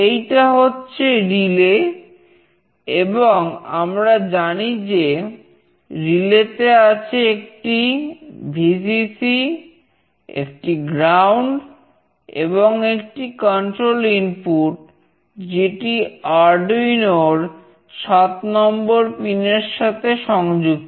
এইটা হচ্ছে রিলে এর সাথে সংযুক্ত